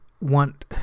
want